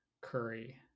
curry